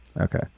Okay